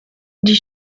die